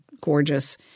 gorgeous